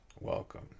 Welcome